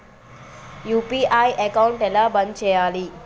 UPI account ఎలా బంద్ చేయాలి?